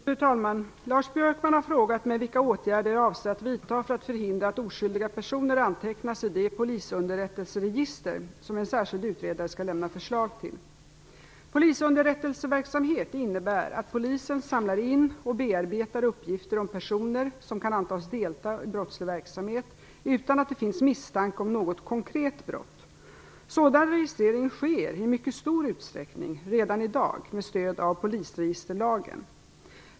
Fru talman! Lars Björkman har frågat mig vilka åtgärder jag avser att vidta för att förhindra att oskyldiga personer antecknas i det polisunderrättelseregister som en särskild utredare skall lämna förslag till. Polisunderrättelseverksamhet innebär att polisen samlar in och bearbetar uppgifter om personer som kan antas delta i brottslig verksamhet utan att det finns misstanke om något konkret brott. Sådan registrering sker i mycket stor utsträckning redan i dag med stöd av polisregisterlagen.